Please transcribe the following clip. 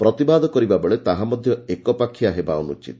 ପ୍ରତିବାଦ କରିବା ବେଳେ ତାହା ମଧ୍ୟ ଏକପାଖିଆ ହେବା ଅନୁଚିତ